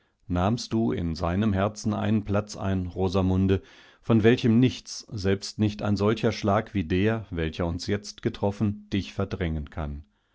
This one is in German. nahmst du in seinem herzen einen platz ein rosamunde von welchem nichts selbst nicht ein solcher schlag wie der welcher uns jetzt getroffen dich verdrängenkann